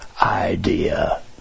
idea